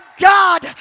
God